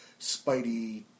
Spidey